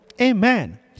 Amen